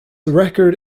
record